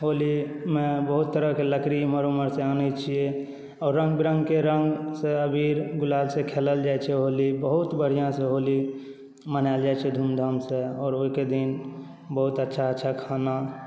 होलीमे बहुत तरहके लकड़ी एम्हर ओम्हरसँ आनै छिए आओर रङ्गबिरङ्गके रङ्गसँ अबीर गुलालसँ खेलल जाइ छै होली बहुत बढ़िआँसँ होली मनाएल जाइ छै धूमधामसँ आओर ओहिके दिन बहुत अच्छा अच्छा खाना